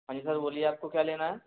हाँ जी सर बोलिए आपको क्या लेना है